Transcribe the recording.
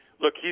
look